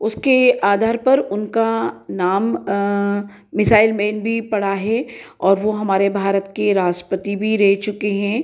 उसके आधार पर उनका नाम मिसाइल मेन भी पड़ा है और वो हमारे भारत के राष्ट्रपति भी रह चुके हैं